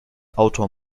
autor